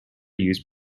used